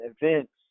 events